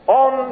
on